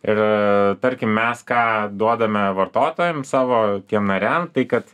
ir tarkim mes ką duodame vartotojam savo tiem nariam tai kad